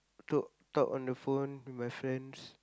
talk talk on the phone with my friends